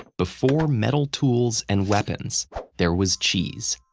before metal tools and weapons there was cheese.